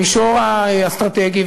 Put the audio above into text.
המישור האסטרטגי,